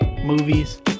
movies